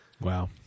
wow